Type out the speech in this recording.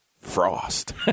frost